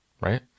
right